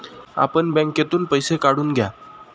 आपण बँकेतून पैसे काढून घ्या